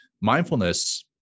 Mindfulness